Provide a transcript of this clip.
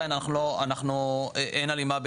אין הלימה,